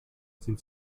sind